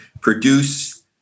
produce